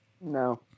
No